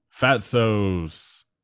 Fatso's